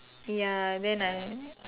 ya then I